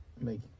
Make